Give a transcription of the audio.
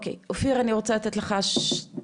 אופיר, אני רוצה לתת לך שתי